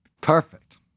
Perfect